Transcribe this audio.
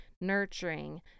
nurturing